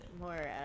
More